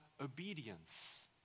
obedience